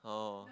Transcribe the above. oh